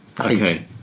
Okay